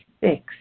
Six